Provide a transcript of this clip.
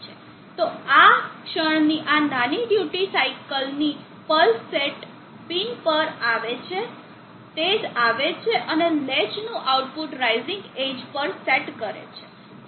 તો આ આ ક્ષણની આ નાની ડ્યુટી સાઇકલની પલ્સ સેટ પિન પર આવે છે તે આવે છે અને લેચનું આઉટપુટ રાઇઝિંગ એજ પર સેટ કરે છે